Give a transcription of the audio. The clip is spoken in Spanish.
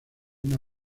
una